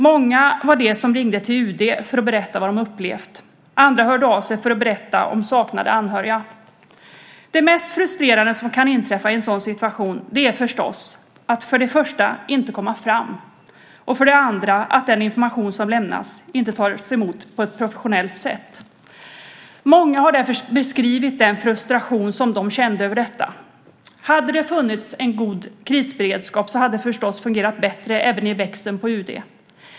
Många var de som ringde till UD för att berätta vad de upplevt. Andra hörde av sig för att berätta om saknade anhöriga. Det mest frustrerande som kan inträffa i en sådan situation är förstås för det första att inte komma fram och för det andra att den information som lämnas inte tas emot på ett professionellt sätt. Många har därför beskrivit den frustration som de kände över detta. Hade det funnits en god krisberedskap hade det förstås fungerat bättre även i växeln på UD.